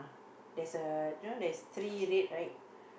there's a there's three red right